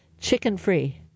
Chicken-free